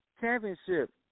championship